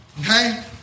Okay